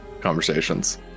conversations